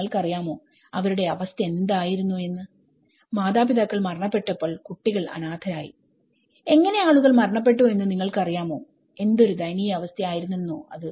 നിങ്ങൾക്കറിയാമോ അവരുടെ അവസ്ഥ എന്തായിരുന്നു എന്ന് മാതാപിതാക്കൾ മരണപ്പെട്ടപ്പോൾ കുട്ടികൾ അനാഥരായി എങ്ങനെ ആളുകൾ മരണപ്പെട്ടു എന്ന് നിങ്ങൾക്കറിയാമോ എന്തൊരു ദയനീയവസ്ഥയായിരുന്നെന്നോ അത്